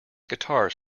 guitars